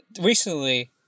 Recently